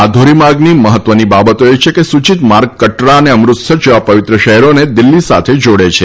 આ ધોરીમાર્ગની મહત્વની બાબત એ છે કે સૂચિત માર્ગ કટરા અને અમૃતસર જેવા પવિત્ર શહેરોને દિલ્ફી સાથે જોડે છે